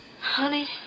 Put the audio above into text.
Honey